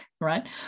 Right